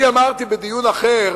אני אמרתי בדיון אחר